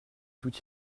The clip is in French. tout